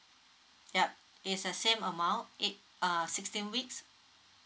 yup it's the same amount it uh sixteen weeks